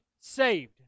saved